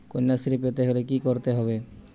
কন্যাশ্রী পেতে হলে কি করতে হবে?